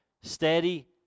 steady